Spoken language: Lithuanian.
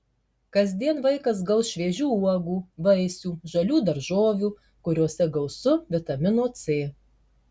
kasdien vaikas gaus šviežių uogų vaisių žalių daržovių kuriose gausu vitamino c